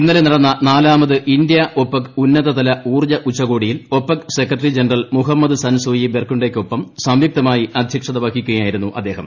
ഇന്നലെ നടന്ന നാലാമത് ഇന്ത്യ ഒപെക് ഉന്നതതല ഊർജ ഉച്ചകോടിയിൽ OPEC secretary general Mohammad Sanusi ബർക്കിണ്ടോയ്ക്കൊപ്പം സംയുക്തമായി അദ്ധ്യക്ഷത വഹിക്കുകയായിരുന്നു അദ്ദേഹം